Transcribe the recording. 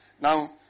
Now